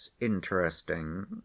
interesting